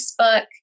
Facebook